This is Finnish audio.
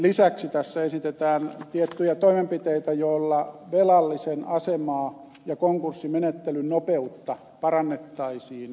lisäksi tässä esitetään tiettyjä toimenpiteitä joilla velallisen asemaa ja konkurssimenettelyn nopeutta parannettaisiin